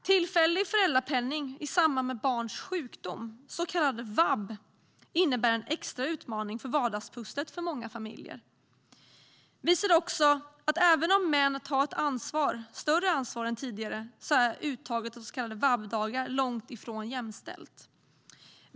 Tillfällig föräldrapenning i samband med barns sjukdom, så kallad vab, innebär en extra utmaning för vardagspusslet för många familjer. Även om män tar ett större ansvar än tidigare är uttaget av så kallade vab-dagar långt ifrån jämställt.